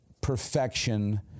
perfection